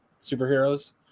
superheroes